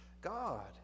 God